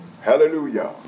Hallelujah